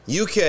UK